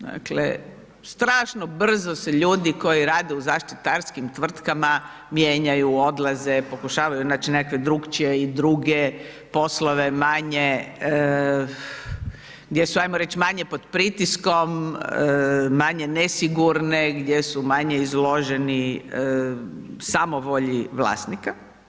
Dakle, strašno brzo se ljudi koji rade u zaštitarskim tvrtkama mijenjaju, odlaze, pokušavaju naći nekakve drukčije i druge poslove manje, gdje su, hajmo reći manje pod pritiskom, manje nesigurne, gdje su manje izloženi samovolji vlasnika.